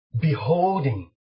beholding